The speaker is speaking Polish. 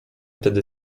tedy